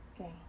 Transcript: Okay